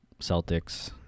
Celtics